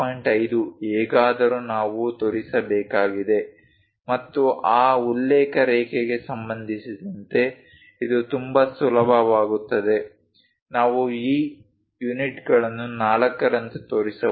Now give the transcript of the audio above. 5 ಹೇಗಾದರೂ ನಾವು ತೋರಿಸಬೇಕಾಗಿದೆ ಮತ್ತು ಆ ಉಲ್ಲೇಖ ರೇಖೆಗೆ ಸಂಬಂಧಿಸಿದಂತೆ ಇದು ತುಂಬಾ ಸುಲಭವಾಗುತ್ತದೆ ನಾವು ಈ ಯೂನಿಟ್ಗಳನ್ನು 4 ರಂತೆ ತೋರಿಸಬಹುದು